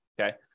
okay